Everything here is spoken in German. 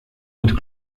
mit